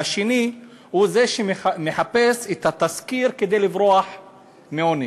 והשני הוא זה שמחפש את התסקיר כדי לברוח מעונש.